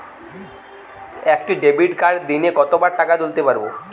একটি ডেবিটকার্ড দিনে কতবার টাকা তুলতে পারব?